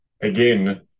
again